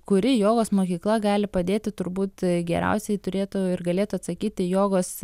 kuri jogos mokykla gali padėti turbūt geriausiai turėtų ir galėtų atsakyti jogos